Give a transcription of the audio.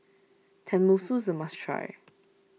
Tenmusu is a must try